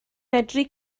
medru